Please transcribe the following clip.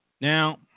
Now